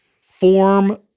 form